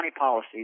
policies